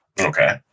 Okay